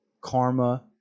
Karma